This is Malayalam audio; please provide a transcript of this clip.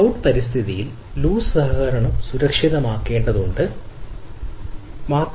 ക്ലൌഡ് പരിതസ്ഥിതിയിൽ ലൂസ് സഹകരണം സുരക്ഷിതമാക്കുന്നതിൽ വിവിധ മാറ്റങ്ങളുണ്ട് എന്നത് ഒരു പ്രധാന പ്രശ്നമാണ്